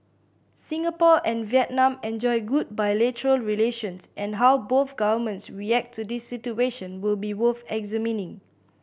Singapore and Vietnam enjoy good bilateral relations and how both governments react to this situation will be worth examining